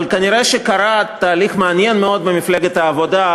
אבל כנראה קרה תהליך מעניין מאוד במפלגת העבודה,